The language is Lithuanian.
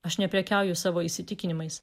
aš neprekiauju savo įsitikinimais